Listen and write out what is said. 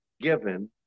given